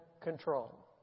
control